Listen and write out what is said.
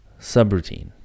subroutine